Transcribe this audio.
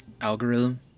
algorithm